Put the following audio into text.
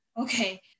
Okay